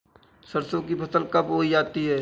सरसों की फसल कब बोई जाती है?